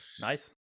nice